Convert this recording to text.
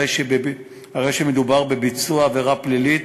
הרי שמדובר בביצוע עבירה פלילית